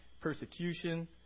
Persecution